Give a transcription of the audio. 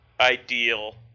ideal